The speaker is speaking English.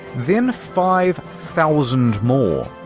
then five thousand more.